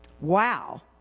Wow